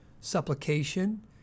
supplication